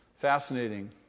fascinating